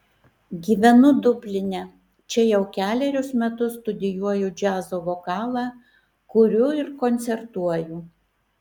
gyvenu dubline čia jau kelerius metus studijuoju džiazo vokalą kuriu ir koncertuoju